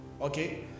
Okay